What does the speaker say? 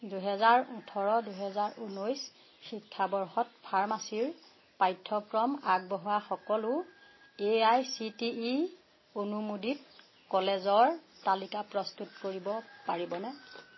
দুহেজাৰ ওঠৰ দুহেজাৰ ঊনৈছ শিক্ষাবৰ্ষত ফাৰ্মাচীৰ পাঠ্যক্ৰম আগবঢ়োৱা সকলো A I C T E অনুমোদিত কলেজৰ তালিকা প্ৰস্তুত কৰিব পাৰিবনে